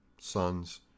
sons